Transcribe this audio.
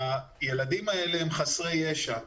הילדים האלה הם חסרי ישע.